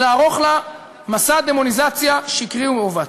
ולערוך לה מסע דמוניזציה שקרי ומעוות.